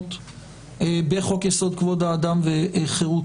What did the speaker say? המוגנות בחוק יסוד: כבוד האדם וחירותו.